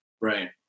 right